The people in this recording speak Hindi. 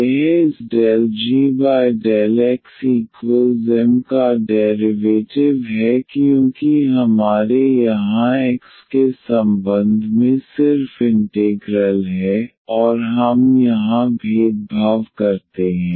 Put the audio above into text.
यह इस ∂g∂xM का डेरिवेटिव है क्योंकि हमारे यहां x के संबंध में सिर्फ इंटेग्रल है और हम यहां भेदभाव करते हैं